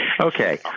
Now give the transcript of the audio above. Okay